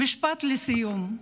משפט לסיום,